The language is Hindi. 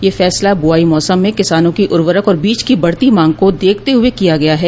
यह फैसला ब्रआई मौसम में किसानों की उर्वरक और बीज की बढ़ती मांग को देखते हुए किया गया है